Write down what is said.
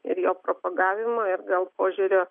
ir jo propagavimui ir gal požiūrio